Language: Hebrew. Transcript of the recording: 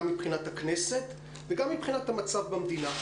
גם מבחינת הכנסת וגם מבחינת המצב במדינה.